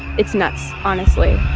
it's nuts, honestly